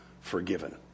forgiven